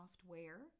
software